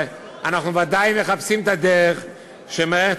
אנחנו בוודאי מחפשים את הדרך שמערכת